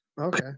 Okay